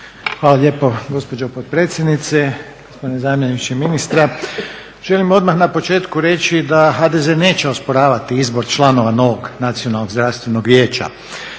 Hvala lijepo gospođo potpredsjednice. Gospodine zamjeniče ministra. Želim odmah na početku reći da HDZ neće osporavati izbor članova novog Nacionalnog zdravstvenog vijeća.